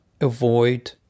avoid